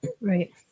Right